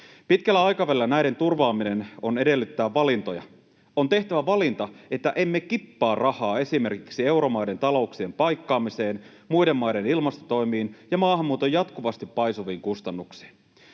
Pitkällä aikavälillä näiden turvaaminen edellyttää valintoja. On tehtävä valinta, että emme kippaa rahaa esimerkiksi euromaiden talouksien paikkaamiseen, muiden maiden ilmastotoimiin ja maahanmuuton jatkuvasti paisuviin kustannuksiin.